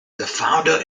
founder